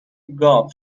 گاو